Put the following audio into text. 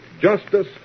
justice